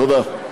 תודה.